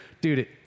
Dude